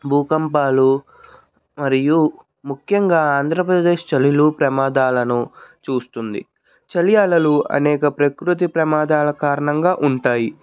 భూకంపాలు మరియు ముఖ్యంగా ఆంధ్రప్రదేశ్ చలులు ప్రమాదాలను చూస్తుంది చలి అలలు అనేక ప్రకృతి ప్రమాదాల కారణంగా ఉంటాయి